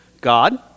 God